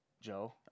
Joe